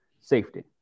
safety